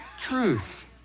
truth